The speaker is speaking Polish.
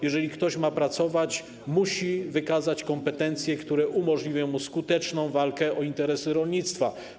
Jeżeli ktoś ma pracować, musi wykazać kompetencje, które umożliwią mu skuteczną walkę o interesy rolnictwa.